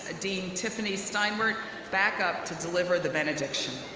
ah dean tiffany steinwert back up to deliver the benediction.